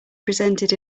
presented